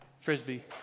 Frisbee